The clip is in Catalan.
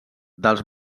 dels